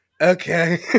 okay